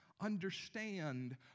understand